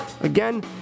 Again